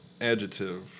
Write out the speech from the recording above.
Adjective